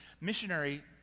missionary